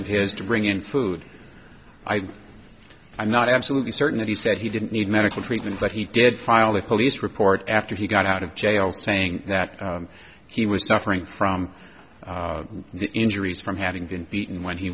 of his to bring in food i am not absolutely certain that he said he didn't need medical treatment but he did file a police report after he got out of jail saying that he was suffering from injuries from having been beaten when he